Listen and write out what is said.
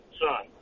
son